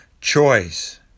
choice